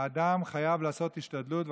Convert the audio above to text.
האדם חייב לעשות השתדלות,